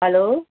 hello